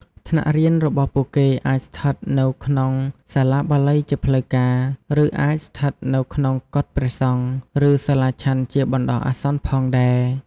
ថ្នាក់រៀនរបស់ពួកគេអាចស្ថិតនៅក្នុងសាលាបាលីជាផ្លូវការ ឬអាចស្ថិតនៅក្នុងកុដិព្រះសង្ឃ ឬសាលាឆាន់ជាបណ្ដោះអាសន្នផងដែរ។